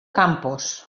campos